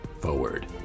forward